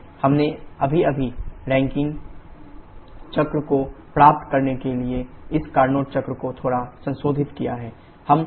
हमने अभी अभी रैंकिन चक्र को प्राप्त करने के लिए इस कार्नोट चक्र को थोड़ा संशोधित किया है